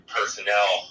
personnel